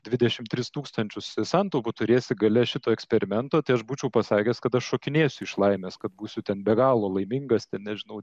dvidešimt tris tūkstančius santaupų turėsi gale šito eksperimento tai aš būčiau pasakęs kad šokinėsiu iš laimės kad būsiu ten be galo laimingas ten nežinau